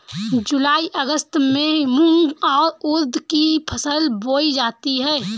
जूलाई अगस्त में मूंग और उर्द की फसल बोई जाती है